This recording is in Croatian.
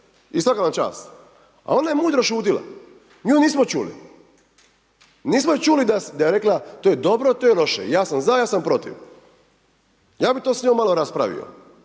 I svaka vam čast. A ona je mudro šutila, nju nismo čuli. Nismo je čuli da je rekla to je dobro, to je loše, ja sam za, ja sam protiv. Ja bih to s njom malo raspravio